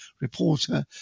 reporter